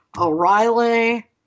O'Reilly